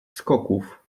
skoków